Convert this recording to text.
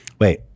Wait